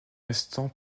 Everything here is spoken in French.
instant